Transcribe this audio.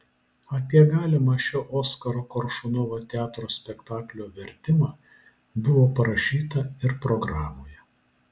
apie galimą šio oskaro koršunovo teatro spektaklio vertimą buvo parašyta ir programoje